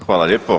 Hvala lijepo.